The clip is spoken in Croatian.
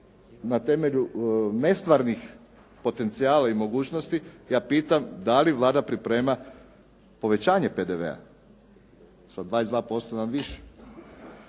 na temelju nestvarnih potencijala i mogućnosti, ja pitam dali Vlada priprema povećanje PDV-a? sa 22% na više.